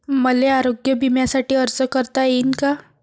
मले आरोग्य बिम्यासाठी अर्ज करता येईन का?